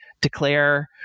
declare